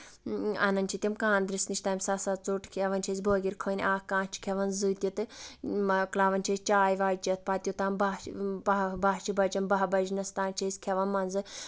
اَنان چھِ تِم کانٛدرَس نِش تِمہِ ساتہٕ سۄ ژوٚٹ کھٮ۪وان چھِ أسۍ بٲکِرکھٔنۍ اکھ کانٛہہ چھُ کھٮ۪وان زٕ تہِ تہٕ مۄکلاوان چھِ أسۍ چاے واے چیٚتھ پَتہٕ یوٚتام بہہ بہہ چھِ بَجان بہہ بَجنَس تانۍ چھِ أسۍ کھٮ۪وان منٛزٕ